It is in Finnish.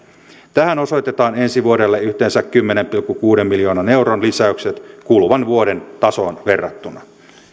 tähän osoitetaan ensi vuodelle yhteensä kymmenen pilkku kuuden miljoonan euron lisäykset kuluvan vuoden tasoon verrattuna